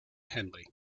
henley